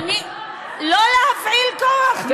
לא להפעיל כוח.